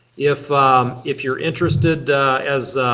if if you're interested as